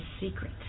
secret